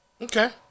Okay